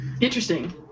interesting